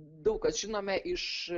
daug kas žinome iš